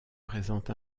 présente